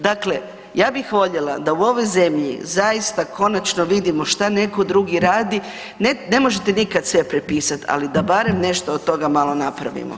Dakle, ja bih voljela u ovoj zemlji zaista konačno vidimo šta neko drugi radi, ne možete nikad sve prepisat ali da barem nešto o toga malo napravimo.